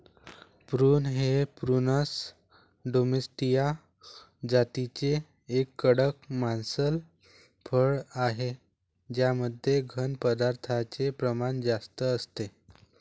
prune हे prunus domestica जातीचे एक कडक मांसल फळ आहे ज्यामध्ये घन पदार्थांचे प्रमाण जास्त असते